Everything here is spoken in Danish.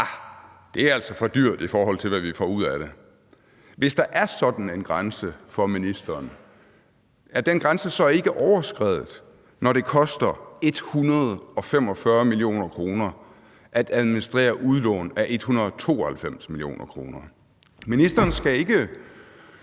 at det er for dyrt, i forhold til hvad vi får ud af det? Hvis der er sådan en grænse for ministeren, er den grænse så ikke overskredet, når det koster 145 mio. kr. at administrere udlån af 192 mio. kr.? Ministeren skal ikke